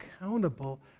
accountable